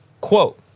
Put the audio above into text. quote